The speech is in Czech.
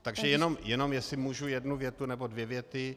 Takže jenom jestli můžu jednu větu nebo dvě věty.